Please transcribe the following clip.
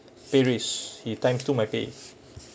birish he times two my pay